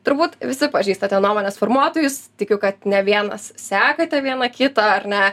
turbūt visi pažįstate nuomonės formuotojus tikiu kad ne vienas sekate vieną kitą ar ne